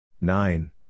nine